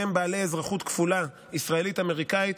שהם בעלי אזרחות כפולה, ישראלית ואמריקנית.